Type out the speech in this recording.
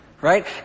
right